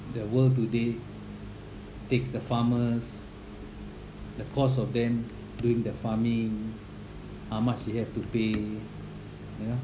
the world today takes the farmers the cost of them doing their farming how much you have to pay you know